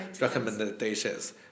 recommendations